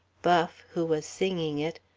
buff, who was singing it,